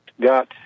got